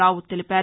రావ్ తెలిపారు